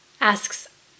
asks